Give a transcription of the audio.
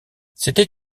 c’était